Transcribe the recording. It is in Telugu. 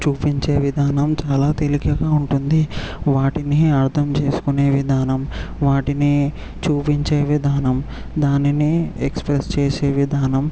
చూపించే విధానం చాలా తేలికగా ఉంటుంది వాటిని అర్థం చేసుకునే విధానం వాటిని చూపించే విధానం దానిని ఎక్స్ప్రెస్ చేసే విధానం